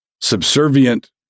subservient